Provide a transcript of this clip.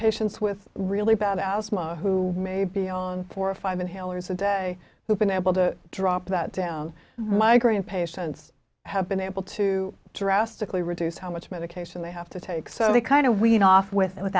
patients with really bad asthma who may be on four or five inhalers a day who've been able to drop that down migraine patients have been able to drastically reduce how much medication they have to take so they kind of wean off with it